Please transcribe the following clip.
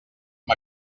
amb